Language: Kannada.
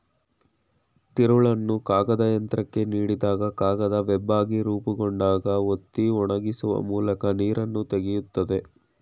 ತಿರುಳನ್ನು ಕಾಗದಯಂತ್ರಕ್ಕೆ ನೀಡಿದಾಗ ಕಾಗದ ವೆಬ್ಬಾಗಿ ರೂಪುಗೊಂಡಾಗ ಒತ್ತಿ ಒಣಗಿಸುವ ಮೂಲಕ ನೀರನ್ನು ತೆಗಿತದೆ